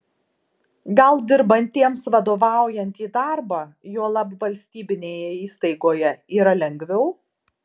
gal dirbantiems vadovaujantį darbą juolab valstybinėje įstaigoje yra lengviau